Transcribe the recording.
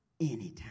anytime